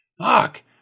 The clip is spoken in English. Fuck